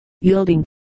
yielding